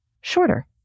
shorter